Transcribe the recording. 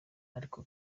ariko